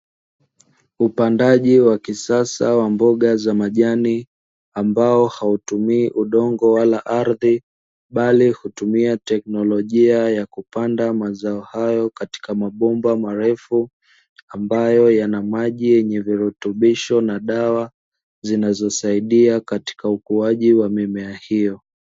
Upandaji wa kisasa wa mboga za majani ambao hautumii udongo wala ardhi, bali hutumia tekinolojia hupanda mazao hayo katika mabomba marefu ambayo yanamaji yenye virutubisho na dawa zinazosaidia katika ukuaji wa mimea hiyo.